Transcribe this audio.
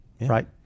right